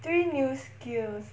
three new skills